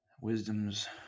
Wisdom's